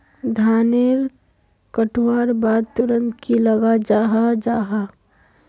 धानेर कटवार बाद तुरंत की लगा जाहा जाहा?